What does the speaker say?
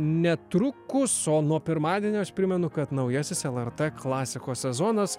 netrukus o nuo pirmadienio aš primenu kad naujasis lrt klasikos sezonas